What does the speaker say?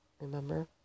Remember